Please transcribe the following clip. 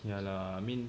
ya lah I mean